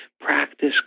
practice